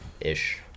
ish